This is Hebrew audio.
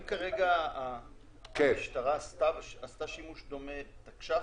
האם כרגע המשטרה עשתה שימוש דומה בתקש"ח?